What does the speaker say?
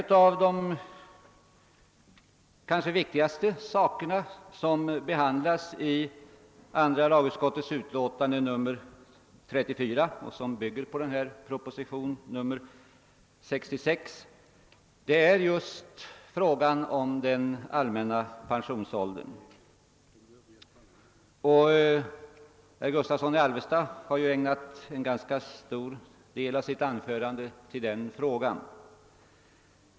En av de kanske viktigaste frågor som behandlas i andra lagutskottets utlåtande nr 34, som bygger på propositionen 66, gäller den allmänna pensionsåldern. Herr Gustavsson i Alvesta har ägnat en ganska stor del av sitt anförande åt den frågan.